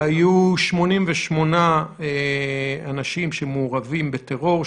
-- היו 88 אנשים שמעורבים בטרור,